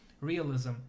realism